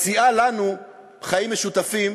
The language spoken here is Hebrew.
שמציעה לנו חיים משותפים